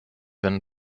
wenn